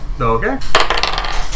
Okay